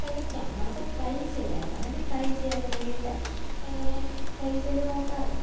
ശ്രമിക്കാം നമുക്ക് ട്രൈ ചെയ്യാമല്ലോ അല്ലങ്ങനെ ട്രൈ ചെയ്യാൻ വേണ്ടീട്ട് അങ്ങനെ ട്രൈ ചെയ്ത് നോക്കാറുണ്ട്